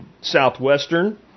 southwestern